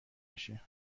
بشه